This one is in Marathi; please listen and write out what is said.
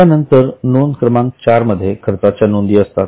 त्यानंतर नोंद क्रमांक 4 मध्ये खर्चाच्या नोंदी असतात